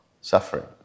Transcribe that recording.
suffering